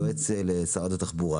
יועץ לשרת התחבורה,